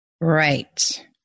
Right